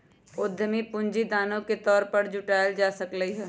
उधमी पूंजी दानो के तौर पर जुटाएल जा सकलई ह